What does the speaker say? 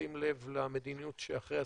ובשים לב למדיניות שאחרי הסגר.